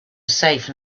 safe